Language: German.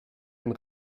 ein